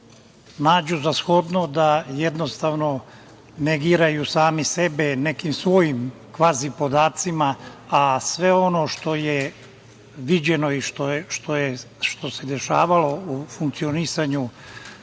nađu za shodno da jednostavno negiraju sami sebe nekim svojim kvazi-podacima, a sve ono što je viđeno i što se dešavalo u funkcionisanju